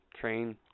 train